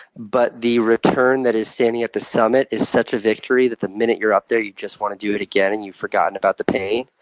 but the return that is standing at the summit is such a victory that the minute you're up there, you just want to do it again, and you've forgotten about the pain.